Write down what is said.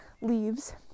leaves